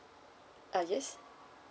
uh yes